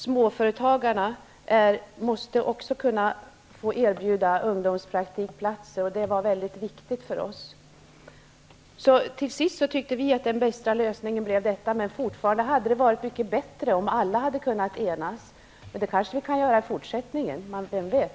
Småföretagaren måste också få kunna erbjuda ungdomspraktikplatser. Det var mycket viktigt för oss. Till sist tyckte vi att det här var den bästa lösningen, men det hade förstås varit mycket bättre om alla hade kunnat enas. Det kanske vi kan göra i fortsättningen, vem vet.